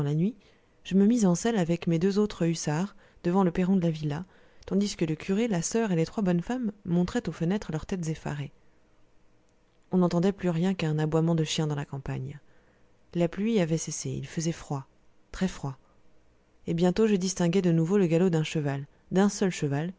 je me mis en selle avec mes deux autres hussards devant le perron de la villa tandis que le curé la soeur et les trois bonnes femmes montraient aux fenêtres leurs têtes effarées on n'entendait plus rien qu'un aboiement de chien dans la campagne la pluie avait cessé il faisait froid très froid et bientôt je distinguai de nouveau le galop d'un cheval d'un seul cheval